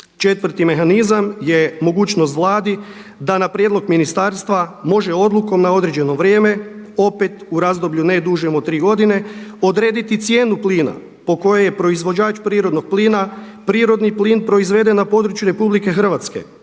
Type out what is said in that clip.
Četvrti mehanizam je mogućnost Vladi da na prijedlog ministarstva može odlukom na određeno vrijeme opet u razdoblju ne dužem od tri godine odrediti cijenu plina po kojoj je proizvođač prirodnog plina prirodni plin proizveden na području RH dužan